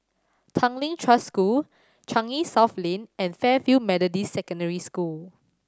Tanglin Trust School Changi South Lane and Fairfield Methodist Secondary School